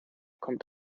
kommt